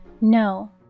No